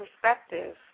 perspective